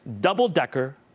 double-decker